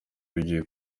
bigiye